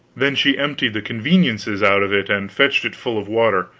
then she emptied the conveniences out of it and fetched it full of water,